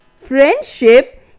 friendship